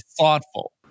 thoughtful